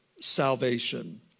salvation